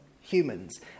humans